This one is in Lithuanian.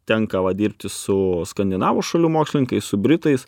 tenka va dirbti su skandinavų šalių mokslininkais su britais